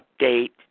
update